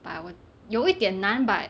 but 我有一点难 but